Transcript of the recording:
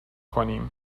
کنیم